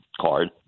card